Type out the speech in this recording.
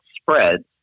spreads